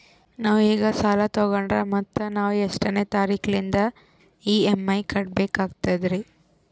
ನಾವು ಈಗ ಸಾಲ ತೊಗೊಂಡ್ರ ಮತ್ತ ನಾವು ಎಷ್ಟನೆ ತಾರೀಖಿಲಿಂದ ಇ.ಎಂ.ಐ ಕಟ್ಬಕಾಗ್ತದ್ರೀ?